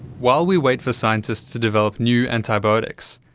while we wait for scientists to develop new antibiotics,